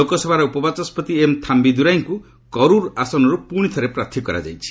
ଲୋକସଭାର ଉପବାଚସ୍କତି ଏମ୍ ଥାମ୍ପିଦୁରାଇଙ୍କୁ କରୁର୍ ଆସନରୁ ପୁଣିଥରେ ପ୍ରାର୍ଥୀ କରାଯାଇଛି